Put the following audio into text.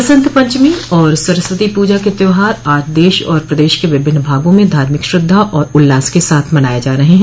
बसंत पंचमी और सरस्वती पूजा के त्यौहार आज देश और प्रदेश के विभिन्न भागों में धार्मिक श्रद्धा और उल्लास के साथ मनाए जा रहे हैं